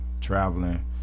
traveling